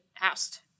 asked